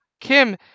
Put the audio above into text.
Kim